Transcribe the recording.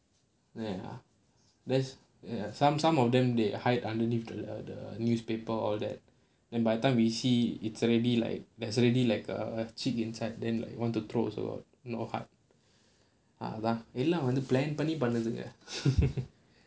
ya there's some some of them they hide underneath the the newspaper all that then by the time we see it's already like there's already like a chick inside then like you want to throw also no heart !alah! அதான்:athaan